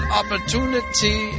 opportunity